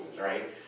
right